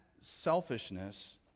selfishness